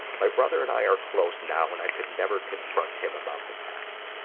my brother and i are close now, and i could never confront him about the past.